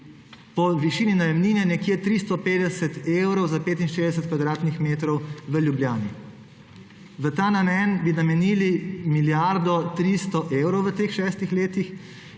Višini najemnine bi bila nekje 350 evrov za 65 kvadratnih metrov v Ljubljani. V ta namen bi namenili milijardo 300 evrov v teh šestih letih,